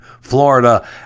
Florida